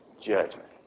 judgment